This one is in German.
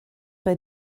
bei